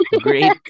Great